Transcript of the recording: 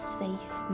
safe